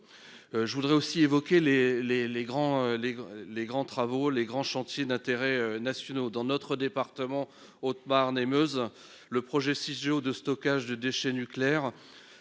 les grands les les grands travaux, les grands chantiers d'intérêts nationaux dans notre département, Haute-Marne et Meuse. Le projet Cigéo de stockage de déchets nucléaires.